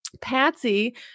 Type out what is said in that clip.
Patsy